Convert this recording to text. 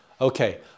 Okay